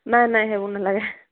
নাই নাই সেইবোৰ নালাগে